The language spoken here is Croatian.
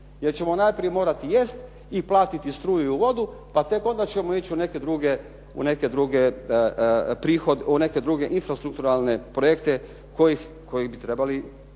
Jer ćemo najprije morati jest i platiti struju i vodu pa tek onda ćemo ići u neke druge infrastrukturne projekte koji bi trebali